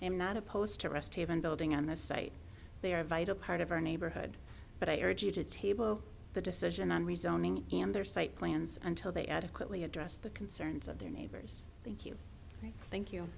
am not opposed to rest haven building on this site they are a vital part of our neighborhood but i urge you to table the decision on rezoning and their site plans until they adequately address the concerns of their neighbors thank you thank you